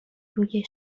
روی